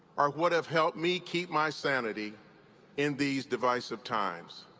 are what have helped me keep my sanity in these divisive times.